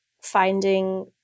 finding